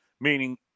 meaning